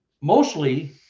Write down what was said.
mostly